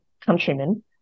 countrymen